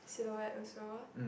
silhouette also